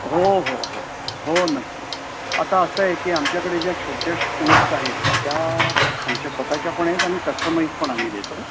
हो हो हो हो नक्की आता असं आहे की आमच्याकडे ज्या छोट्या टूर्स आहेत त्या आमच्या स्वतःच्या पण आहेत आणि कस्टमाईज पण आम्ही देतो